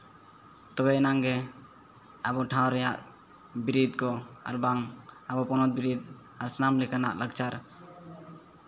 ᱛᱚᱵᱮ ᱟᱱᱟᱝ ᱜᱮ ᱟᱵᱚ ᱴᱷᱟᱶ ᱨᱮᱱᱟᱜ ᱵᱤᱨᱤᱫ ᱠᱚ ᱟᱨᱵᱟᱝ ᱟᱵᱚ ᱯᱚᱱᱚᱛ ᱵᱤᱨᱤᱫ ᱟᱨ ᱥᱟᱱᱟᱢ ᱞᱮᱠᱟᱱ ᱞᱟᱠᱪᱟᱨ